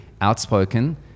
outspoken